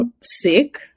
sick